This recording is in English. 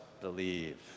believe